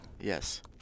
yes